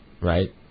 right